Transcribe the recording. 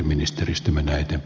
arvoisa puhemies